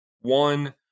one